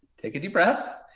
take a deep breath.